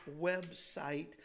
website